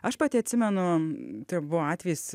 aš pati atsimenu tai buvo atvejis